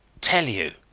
tell you.